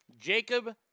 Jacob